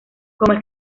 como